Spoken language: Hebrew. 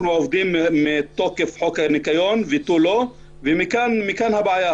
לצערי הרב אנחנו עובדים מתוקף חוק הניקיון ותו-לאו ומכאן הבעיה.